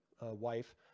wife